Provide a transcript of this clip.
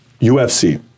UFC